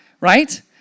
Right